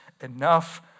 enough